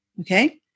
Okay